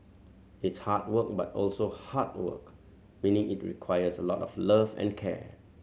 it's hard work but also heart work meaning it requires a lot of love and care